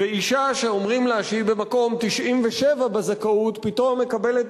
ואשה שאומרים לה שהיא במקום 97 בזכאות פתאום מקבלת